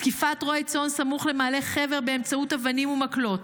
תקיפת רועה צאן סמוך למעלה חבר באמצעות אבנים ומקלות,